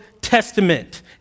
Testament